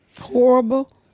Horrible